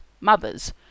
mothers